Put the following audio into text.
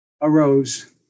arose